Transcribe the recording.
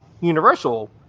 Universal